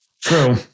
True